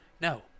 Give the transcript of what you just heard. No